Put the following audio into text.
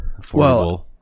affordable